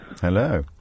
hello